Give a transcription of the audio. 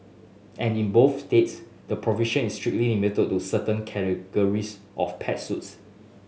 and in both states the provision is strictly limited to certain categories of pet suits